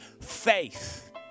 faith